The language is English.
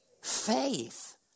faith